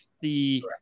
the-